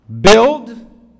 Build